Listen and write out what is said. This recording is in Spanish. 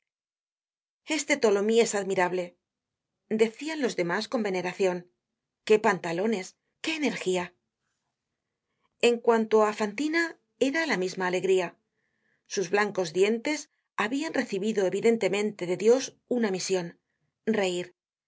este tholomyes es admirable decian jos demás con veneracion qué pantalones qué energía en cuanto á fantina era la misma alegría sus blancos dientes habian recibido evidentemente de dios una mision reir